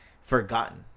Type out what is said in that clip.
forgotten